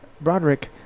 Broderick